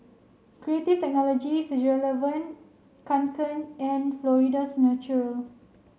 Creative Technology Fjallraven Kanken and Florida's Natural